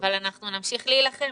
-- אבל אנחנו נמשיך להילחם.